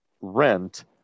Rent